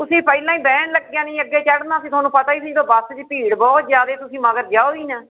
ਤੁਸੀਂ ਪਹਿਲਾਂ ਹੀ ਬਹਿਣ ਲੱਗਿਆਂ ਨਹੀਂ ਅੱਗੇ ਚੜ੍ਹਨਾ ਸੀ ਤੁਹਾਨੂੰ ਪਤਾ ਹੀ ਸੀਗਾ ਬੱਸ 'ਚ ਭੀੜ ਬਹੁਤ ਜ਼ਿਆਦਾ ਤੁਸੀਂ ਮਗਰ ਜਾਓ ਹੀ ਨਾ